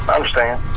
understand